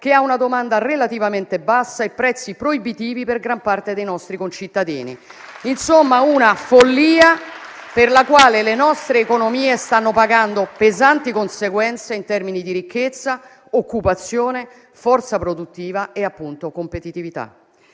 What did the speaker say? che ha una domanda relativamente bassa e prezzi proibitivi per gran parte dei nostri concittadini. *(**Applausi)*. Insomma, una follia per la quale le nostre economie stanno pagando pesanti conseguenze in termini di ricchezza, occupazione, forza produttiva e - appunto - competitività.